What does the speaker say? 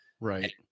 Right